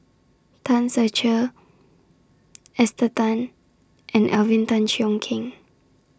Tan Ser Cher Esther Tan and Alvin Tan Cheong Kheng